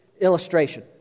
illustration